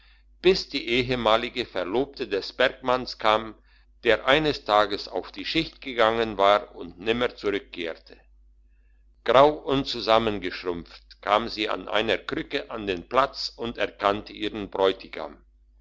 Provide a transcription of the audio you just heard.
bis die ehemalige verlobte des bergmanns kam der eines tages auf die schicht gegangen war und nimmer zurückkehrte grau und zusammengeschrumpft kam sie an einer krücke an den platz und erkannte ihren bräutigam